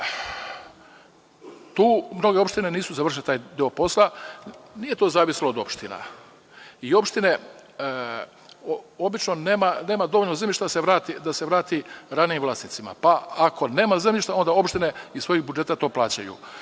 mnoge opštine nisu završile taj deo posla. Nije to zavisilo od opština. Opština obično nema dovoljno zemljišta da se vrati ranijim vlasnicima, pa ako nema zemljišta, onda opštine iz svojih budžeta to plaćaju.